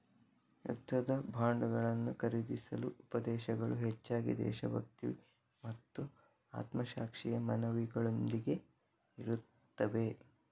ಯುದ್ಧದ ಬಾಂಡುಗಳನ್ನು ಖರೀದಿಸಲು ಉಪದೇಶಗಳು ಹೆಚ್ಚಾಗಿ ದೇಶಭಕ್ತಿ ಮತ್ತು ಆತ್ಮಸಾಕ್ಷಿಯ ಮನವಿಗಳೊಂದಿಗೆ ಇರುತ್ತವೆ